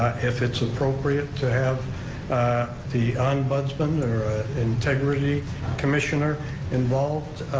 if it's appropriate, to have the ombudsman or integrity commissioner involved.